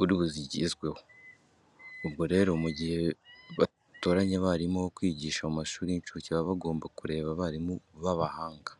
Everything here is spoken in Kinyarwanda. uri buzigezweho. Ubwo rero mu gihe batoranya abarimu bo kwigisha mu mashuri y'incuke baba bagomba kureba abarimu b'abahanga.